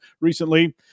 recently